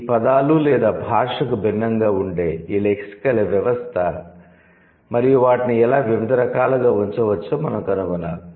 ఈ పదాలు లేదా భాషకు భిన్నంగా ఉండే ఈ లెక్సికల్ వ్యవస్థ మరియు వాటిని ఎలా వివిధ రకాలుగా ఉంచవచ్చో మనం కనుగొనాలి